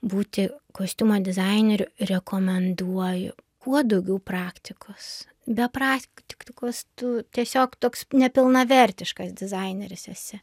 būti kostiumo dizaineriu rekomenduoju kuo daugiau praktikos be praktikos tu tiesiog toks nepilnavertiškas dizaineris esi